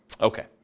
Okay